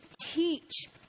teach